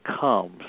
comes